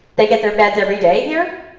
they get their meds every day here?